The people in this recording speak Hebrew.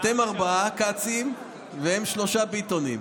אתם ארבעה כצים והם שלושה ביטונים.